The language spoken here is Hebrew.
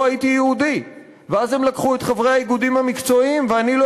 הייתי יהודי.// ואז הם לקחו את חברי האיגודים המקצועיים/ ואני לא